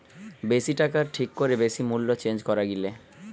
বেশি টাকায় ঠিক করে বেশি মূল্যে চেঞ্জ করা গিলে